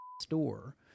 store